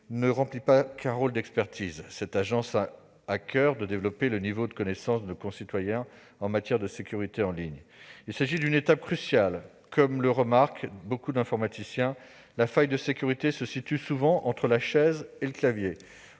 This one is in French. ne remplit pas seulement un rôle d'expertise. Cette agence tient à développer les connaissances de nos concitoyens en matière de sécurité en ligne, car il s'agit d'une étape cruciale. Comme le remarquent de nombreux informaticiens, la faille de sécurité se situe souvent entre la chaise et le clavier.